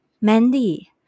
Mandy